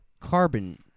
carbon